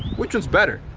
which one's better.